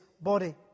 body